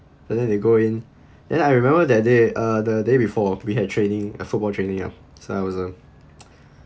and then they go in and I remember that day uh the day before we had training a football training ah so I was uh